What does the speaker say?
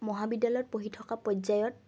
মহাবিদ্যালয়ত পঢ়ি থকা পৰ্যায়ত